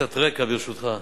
אתן קצת רקע, ברשותך.